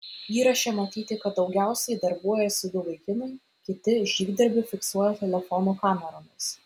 įraše matyti kad daugiausiai darbuojasi du vaikinai kiti žygdarbį fiksuoja telefonų kameromis